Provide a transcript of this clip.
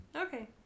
Okay